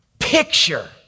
picture